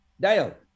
Dale